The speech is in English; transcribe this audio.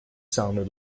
sounded